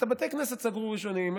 את בתי הכנסת סגרו ראשונים,